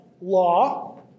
law